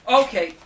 okay